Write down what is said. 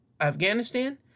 Afghanistan